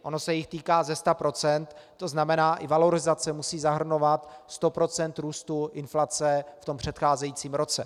Ono se jich týká ze sta procent, to znamená i valorizace musí zahrnovat sto procent růstu inflace v předcházejícím roce.